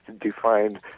defined